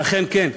ואכן כן.